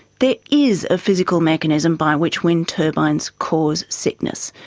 there is a physical mechanism by which wind turbines cause sickness.